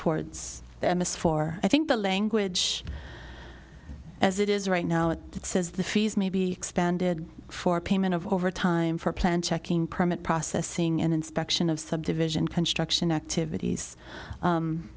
towards them is for i think the language as it is right now it says the fees may be expanded for payment of overtime for plan checking permit processing and inspection of subdivision construction activities